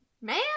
man